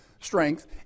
strength